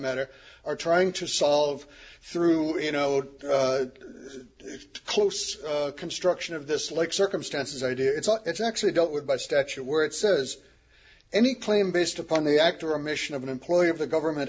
matter are trying to solve through you know close construction of this like circumstances idea it's actually dealt with by statute where it says any claim based upon the act or a mission of an employee of the government